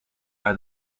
are